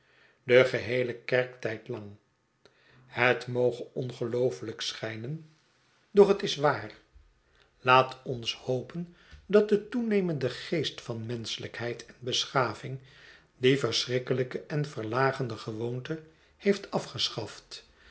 den geheelen kerktyd lang het moge ongeloofeujk schijnen doch het is waar laat ons hopen dat de toenemende geest van menschelijkheid en beschaving die die verschrikkelijke en verlagende gewoonte heeft afgeschaft